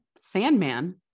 Sandman